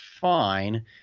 fine